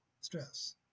stress